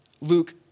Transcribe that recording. Luke